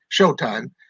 Showtime